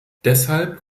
deshalb